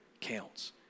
counts